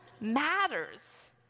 matters